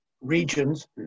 regions